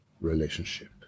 relationship